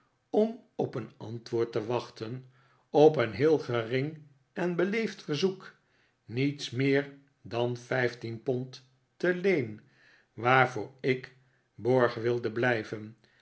om op een antwoord te wachten op een heel gering en beleefd verzoek niets meer dan vijftien pond te leen waarvoor ik borg wilde blijven